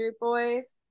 Boys